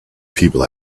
people